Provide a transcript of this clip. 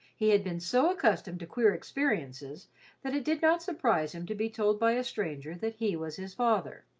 he had been so accustomed to queer experiences that it did not surprise him to be told by a stranger that he was his father.